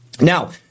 Now